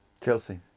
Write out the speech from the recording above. Chelsea